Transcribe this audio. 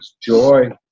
joy